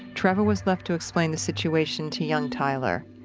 trevor was left to explain the situation to young tyler,